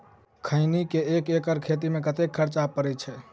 खैनी केँ एक एकड़ खेती मे कतेक खर्च परै छैय?